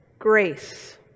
Grace